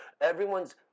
everyone's